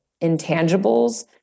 intangibles